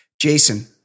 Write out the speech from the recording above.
Jason